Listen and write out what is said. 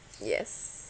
yes